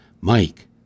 Mike